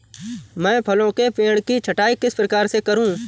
मैं फलों के पेड़ की छटाई किस प्रकार से करूं?